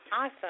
Awesome